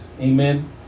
Amen